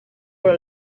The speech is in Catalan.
però